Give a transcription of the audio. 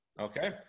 Okay